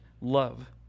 love